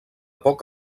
poc